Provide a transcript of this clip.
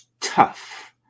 tough